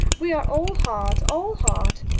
we are all heart, all heart.